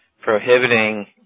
prohibiting